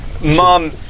Mom